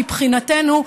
מבחינתנו,